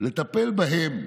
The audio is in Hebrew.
לטפל בהם